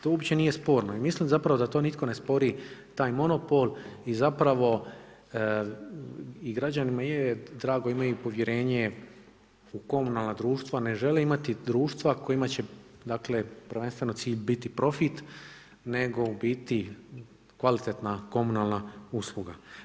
To uopće nije sporno i mislim zapravo da to nitko ne spori taj monopol i zapravo i građanima je drago, imaju povjerenje u komunalna društva, ne žele imati društva kojima će dakle prvenstveno biti cilj profit nego u biti kvalitetna komunalna usluga.